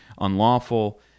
unlawful